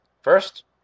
First